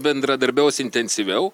bendradarbiaus intensyviau